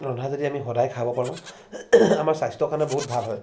ৰন্ধা যদি আমি সদায় খাব পাৰোঁ আমাৰ স্বাস্থ্যৰ কাৰণে বহুত ভাল হয়